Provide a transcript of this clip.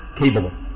capable